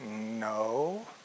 no